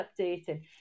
updating